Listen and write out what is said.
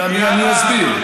אני אסביר.